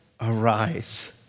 arise